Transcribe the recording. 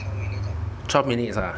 twelve minutes ah